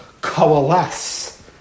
coalesce